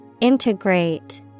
Integrate